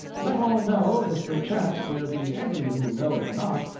let all know, if perchance there be any who know it not,